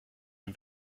dem